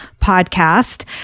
podcast